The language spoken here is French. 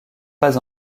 pas